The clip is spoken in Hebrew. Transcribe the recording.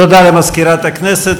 תודה למזכירת הכנסת.